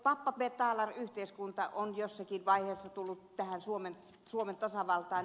pappa betalar yhteiskunta on jossakin vaiheessa tullut tähän suomen tasavaltaan